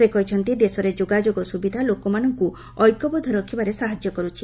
ସେ କହିଛନ୍ତି ଦେଶରେ ଯୋଗାଯୋଗ ସୁବିଧା ସ୍ରୋକମାନଙ୍କୁ ଏକ୍ୟବଦ୍ଧ ରଖିବାରେ ସାହାଯ୍ୟ କରୁଛି